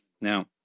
Now